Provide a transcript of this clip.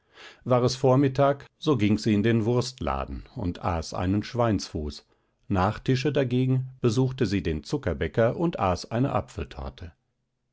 war es vormittag so ging sie in den wurstladen und aß einen schweinsfuß nach tische dagegen besuchte sie den zuckerbäcker und aß eine apfeltorte